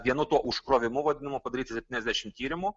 vienu tuo užkrovimu vadinamu padaryti septyniasdešimt tyrimų